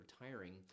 retiring